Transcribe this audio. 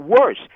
worse